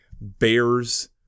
bears